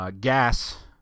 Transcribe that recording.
gas